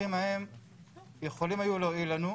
הפילוחים ההם יכולים היו להועיל לנו,